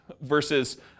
Versus